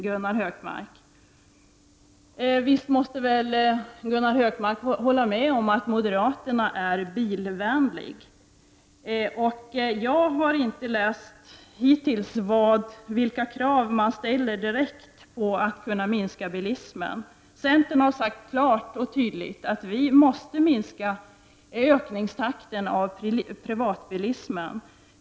Gunnar Hökmark måste väl hålla med om att moderaterna är bilvänliga, och jag har hittills inte läst något om vilka direkta krav de ställer för att minska bilismen. Centern har sagt klart och tydligt att ökningstakten i fråga om privatbilismen måste minskas.